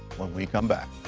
when we come back.